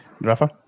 Rafa